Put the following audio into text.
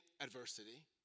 adversity